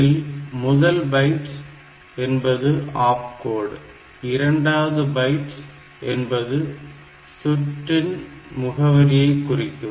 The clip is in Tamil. இதில் முதல் 1 பைட் என்பது ஆப்கோட் 2 பைட்ஸ் என்பது சுற்று இன் முகவரியை குறிக்கும்